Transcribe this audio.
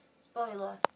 spoiler